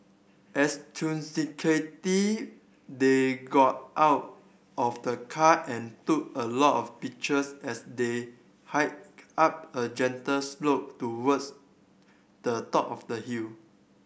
they got out of the car and took a lot of pictures as they hiked up a gentle slope towards the top of the hill